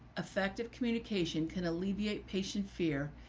effective communication can alleviate patient fear,